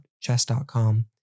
chess.com